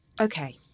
Okay